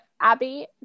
abby